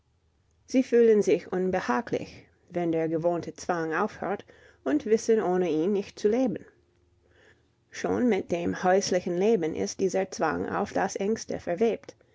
sie fühlen sich unbehaglich wenn der gewohnte zwang aufhört und wissen ohne ihn nicht zu leben schon mit dem häuslichen leben ist dieser zwang auf das engste verwebt